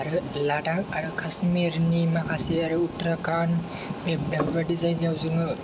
आरो लादाख आरो काश्मिरनि माखासे आरो उत्तराखान्ड बेफोराबायदि जायगायाव जोङो